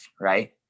right